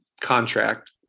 contract